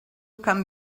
come